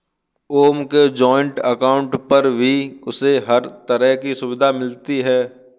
ओम के joint account पर भी उसे हर तरह की सुविधा मिलती है